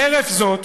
חרף זאת,